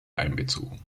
einbezogen